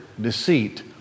deceit